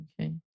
Okay